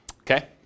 Okay